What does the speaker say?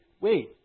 wait